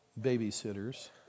babysitters